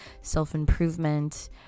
self-improvement